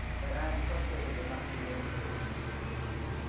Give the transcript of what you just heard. that i am frustrated at not being able to put it into words.